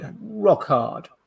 rock-hard